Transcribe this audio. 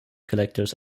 collectors